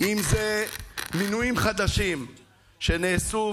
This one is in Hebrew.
אם זה מינויים חדשים שנעשו,